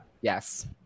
yes